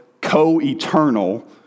co-eternal